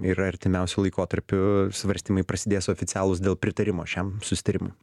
ir artimiausiu laikotarpiu svarstymai prasidės oficialūs dėl pritarimo šiam susitarimui